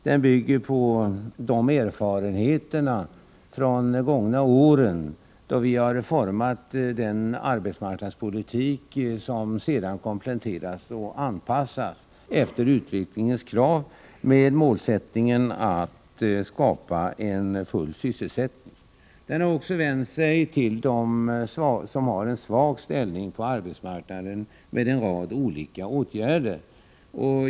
Den bygger på erfarenheterna från de gångna åren, då vi formade den arbetsmarknadspolitik som sedan har kompletterats och anpassats efter utvecklingens krav med målsättningen att skapa full sysselsättning. Den har också vänt sig till dem som har en svag ställning på arbetsmarknaden med en rad olika åtgärder.